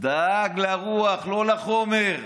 דאג לרוח, לא לחומר.